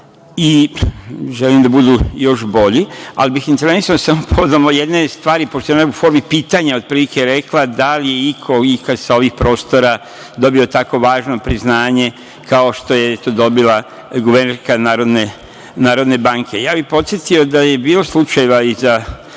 i želim da budu još bolji, ali bih intervenisao samo povodom jedne stvari, pošto je ona u formi pitanja otprilike rekla – da li je iko ikada sa ovih prostora dobio tako važno priznanje kao što je, eto, dobila guvernerka Narodne banke? Podsetio bih da je bilo slučajeva i za